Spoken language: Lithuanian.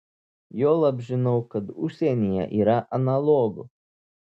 juolab žinau kad užsienyje yra analogų